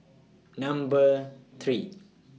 Number three